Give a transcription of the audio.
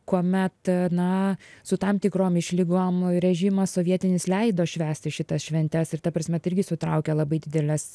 kuomet na su tam tikrom išlygom režimas sovietinis leido švęsti šitas šventes ir ta prasme tai irgi sutraukė labai dideles